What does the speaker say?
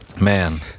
Man